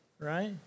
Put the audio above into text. Right